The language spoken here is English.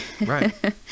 Right